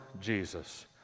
Jesus